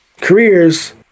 careers